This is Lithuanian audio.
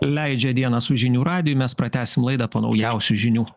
leidžia dienas su žinių radiju mes pratęsim laidą po naujausių žinių